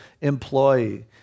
employee